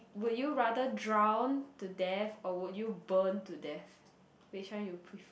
would you rather drown to death or would you burn to death which one you prefer